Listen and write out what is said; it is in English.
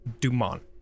Dumont